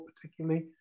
particularly